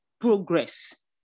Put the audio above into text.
progress